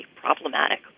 problematic